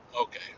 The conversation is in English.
Okay